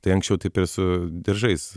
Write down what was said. tai anksčiau taip ir su diržais